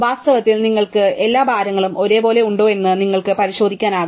വാസ്തവത്തിൽ നിങ്ങൾക്ക് എല്ലാ ഭാരങ്ങളും ഒരേപോലെ ഉണ്ടോ എന്ന് നിങ്ങൾക്ക് പരിശോധിക്കാനാകും